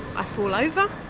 i fall over.